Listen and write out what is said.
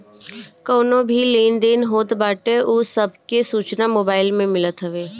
कवनो भी लेन देन होत बाटे उ सब के सूचना मोबाईल में मिलत हवे